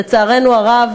לצערנו הרב,